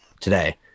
today